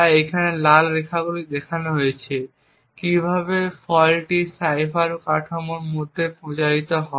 তাই এখানে লাল রেখাগুলি দেখানো হয়েছে কীভাবে ফল্টটি সাইফার কাঠামোর মাধ্যমে প্রচারিত হয়